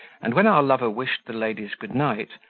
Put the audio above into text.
and when our lover wished the ladies good night,